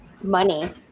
money